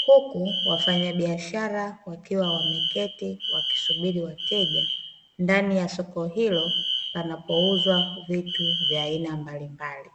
huku wafanyabiashara wakiwa wameketi wakisubiri wateja ndani ya soko hilo panapouzwa vitu vya aina mbalimbali.